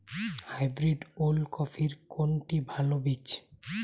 Hybrid ওল কপির কোনটি ভালো বীজ?